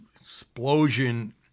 explosion